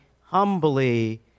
humbly